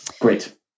Great